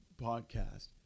podcast